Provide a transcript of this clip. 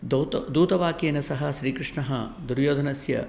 दौत् दूतवाक्येन सह श्रीकृष्णः दुर्योधनस्य